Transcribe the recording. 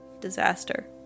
Disaster